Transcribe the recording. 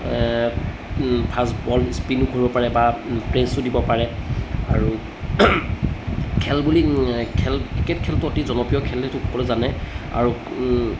ফাচ বল স্পিনো কৰিব পাৰে বা পেচো দিব পাৰে আৰু খেল বুলি খেল ক্ৰিকেট খেলটো অতি জনপ্ৰিয় খেল সেইটো সকলোৱে জানে আৰু